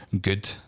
good